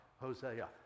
Hosea